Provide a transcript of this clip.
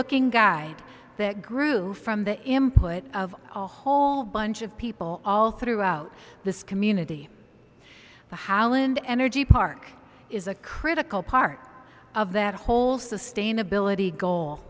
looking guy that grew from the him put of a whole bunch of people all throughout this community the howland energy park is a critical part of that whole sustainability goal